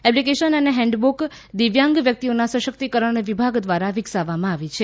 application અને handbook દિવ્યાંગ વ્યક્તિઓના સશક્તિકરણ વિભાગ દ્વારા વિકસાવવામાં આવી છે